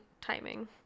timing